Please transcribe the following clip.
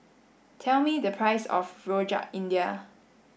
tell me the price of Rojak India